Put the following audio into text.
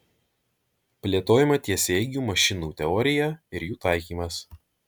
plėtojama tiesiaeigių mašinų teorija ir jų taikymas